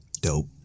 dope